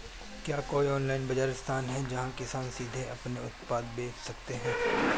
क्या कोई ऑनलाइन बाज़ार स्थान है जहाँ किसान सीधे अपने उत्पाद बेच सकते हैं?